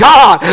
God